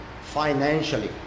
financially